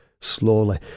Slowly